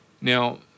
Now